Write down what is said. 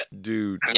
Dude